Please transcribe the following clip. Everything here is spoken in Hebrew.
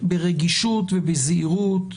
שברגישות ובזהירות,